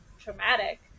traumatic